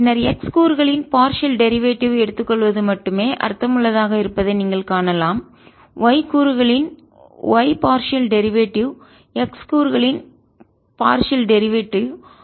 பின்னர் x கூறுகளின் partial derivative பகுதியளவு எடுத்துக் கொள்வது மட்டுமே அர்த்தமுள்ளதாக இருப்பதை நீங்கள் காணலாம் y கூறுகளின் y பார்சியல் டெரிவேட்டிவ் பகுதியளவு z கூறுகளின் பார்சியல் டெரிவேட்டிவ் பகுதியளவு